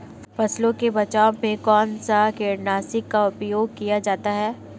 फसलों के बचाव में कौनसा कीटनाशक का उपयोग किया जाता है?